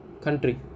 country